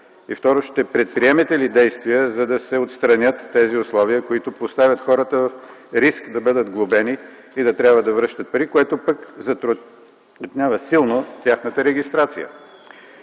и второ – ще предприемате ли действия, за да се отстранят тези условия, които поставят хората в риск да бъдат глобени и да трябва да връщат пари, което пък затруднява силно тяхната регистрация?